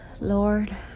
Lord